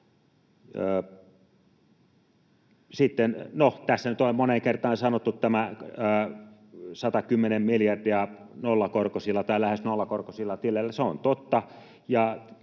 tässä nyt on moneen kertaan sanottu tämä 110 miljardia nollakorkoisilla tai lähes nollakorkoisilla tileillä. Se on totta,